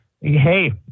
hey